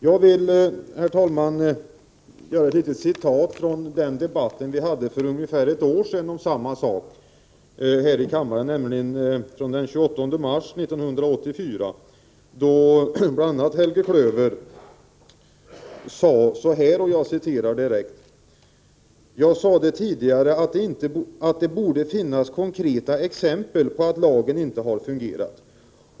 Jag vill, herr talman, anföra ett litet citat från den debatt om den här saken som vi hade här i kammaren för ungefär ett år sedan, nämligen från den 28 mars 1984. Då sade Helge Klöver bl.a.: ”Jag sade tidigare att det borde finnas konkreta exempel på att lagen inte har fungerat.